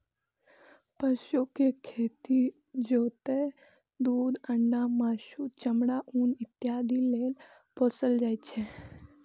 पशु कें खेत जोतय, दूध, अंडा, मासु, चमड़ा, ऊन इत्यादि लेल पोसल जाइ छै